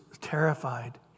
terrified